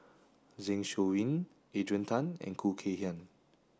Zeng Shouyin Adrian Tan and Khoo Kay Hian